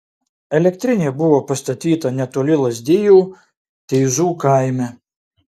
elektrinė buvo pastatyta netoli lazdijų teizų kaime